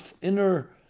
inner